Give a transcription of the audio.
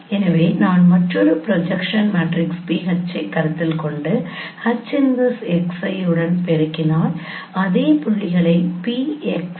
எனவே நான் மற்றொரு ப்ரொஜெக்ஷன் மேட்ரிக்ஸ் PH ஐக் கருத்தில் கொண்டு H 1X உடன் பெருக்கினால் அதே புள்ளிகளை PX ஐ பெறுவோம்